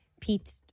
Pete